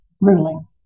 ruling